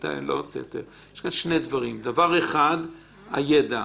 דבר אחד, המידע.